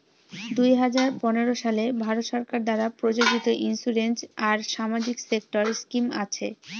দুই হাজার পনেরো সালে ভারত সরকার দ্বারা প্রযোজিত ইন্সুরেন্স আর সামাজিক সেক্টর স্কিম আছে